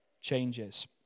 changes